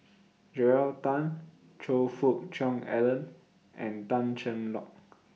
Joel Tan Choe Fook Cheong Alan and Tan Cheng Lock